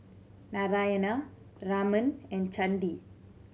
Narayana Raman and Chandi